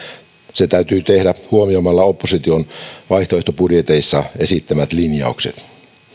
se täytyy tehdä huomioimalla opposition vaihtoehtobudjeteissa esittämät linjaukset